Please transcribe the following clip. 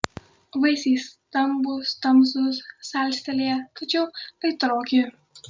vaisiai stambūs tamsūs salstelėję tačiau aitroki